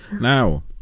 Now